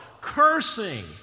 cursing